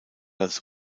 als